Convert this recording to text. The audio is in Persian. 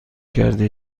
کرده